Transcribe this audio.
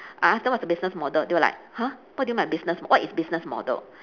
I ask them what's the business model they were like !huh! what do you mean by business what is business model